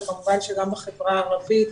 כמובן שגם בחברה הערבית,